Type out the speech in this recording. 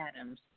Adams